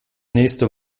nächste